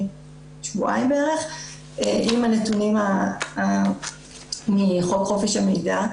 שבועיים בערך עם הנתונים מחוק חופש המידע.